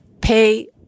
pay